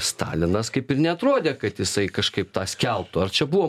stalinas kaip ir neatrodė kad jisai kažkaip tą skelbtų ar čia buvo